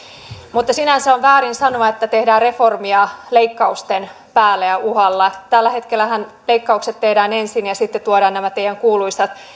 mutta sinänsä on väärin sanoa että tehdään reformia leikkausten päälle ja uhalla tällä hetkellähän leikkaukset tehdään ensin ja sitten tuodaan nämä teidän kuuluisat